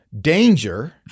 danger